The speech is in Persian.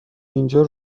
اینجا